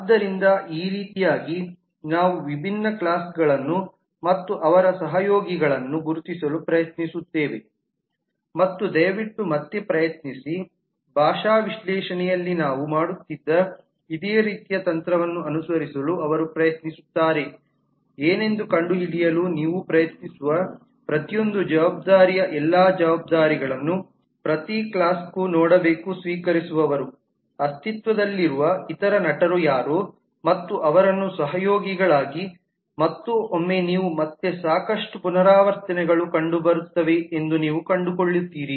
ಆದ್ದರಿಂದ ಈ ರೀತಿಯಾಗಿ ನಾವು ವಿಭಿನ್ನ ಕ್ಲಾಸ್ಗಳನ್ನು ಮತ್ತು ಅವರ ಸಹಯೋಗಿಗಳನ್ನು ಗುರುತಿಸಲು ಪ್ರಯತ್ನಿಸುತ್ತೇವೆ ಮತ್ತು ದಯವಿಟ್ಟು ಮತ್ತೆ ಪ್ರಯತ್ನಿಸಿ ಭಾಷಾ ವಿಶ್ಲೇಷಣೆಯಲ್ಲಿ ನಾವು ಮಾಡುತ್ತಿದ್ದ ಇದೇ ರೀತಿಯ ತಂತ್ರವನ್ನು ಅನುಸರಿಸಲು ಅವರು ಪ್ರಯತ್ನಿಸುತ್ತಾರೆ ಏನೆಂದು ಕಂಡುಹಿಡಿಯಲು ನೀವು ಪ್ರಯತ್ನಿಸುವ ಪ್ರತಿಯೊಂದು ಜವಾಬ್ದಾರಿಯ ಎಲ್ಲ ಜವಾಬ್ದಾರಿಗಳನ್ನು ಪ್ರತಿ ಕ್ಲಾಸ್ಕ್ಕೂ ನೋಡಬೇಕು ಸ್ವೀಕರಿಸುವವರು ಅಸ್ತಿತ್ವದಲ್ಲಿರುವ ಇತರ ನಟರು ಯಾರು ಮತ್ತು ಅವರನ್ನು ಸಹಯೋಗಿಗಳಾಗಿ ಮತ್ತು ಒಮ್ಮೆ ನೀವು ಮತ್ತೆ ಸಾಕಷ್ಟು ಪುನರಾವರ್ತನೆಗಳು ಕಂಡುಬರುತ್ತವೆ ಎಂದು ನೀವು ಕಂಡುಕೊಳ್ಳುತ್ತೀರಿ